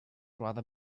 rather